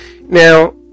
Now